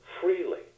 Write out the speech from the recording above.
freely